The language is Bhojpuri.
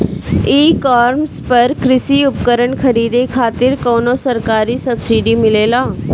ई कॉमर्स पर कृषी उपकरण खरीदे खातिर कउनो सरकारी सब्सीडी मिलेला?